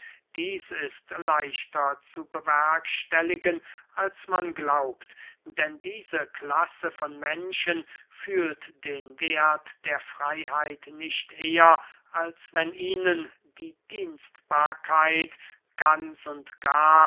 dieß ist leichter zu bewerkstelligen als man glaubt denn diese klasse von menschen fühlt den werth der freyheit nicht eher als wenn ihnen die dienstbarkeit ganz und gar